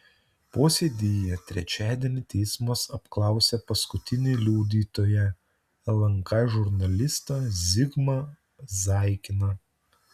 posėdyje trečiadienį teismas apklausė paskutinįjį liudytoją lnk žurnalistą zigmą zaikiną